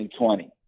2020